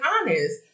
honest